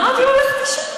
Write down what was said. אמרתי לו: לך לישון.